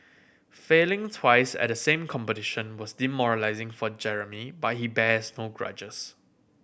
failing twice at the same competition was demoralising for Jeremy but he bears no grudges